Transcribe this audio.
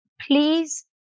please